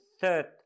third